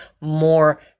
more